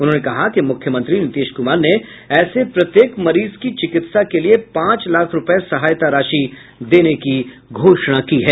उन्होंने कहा कि मुख्यमंत्री नीतीश कुमार ने ऐसे प्रत्येक मरीज की चिकित्सा के लिए पांच लाख रूपये सहायता राशि देने की घोषणा की है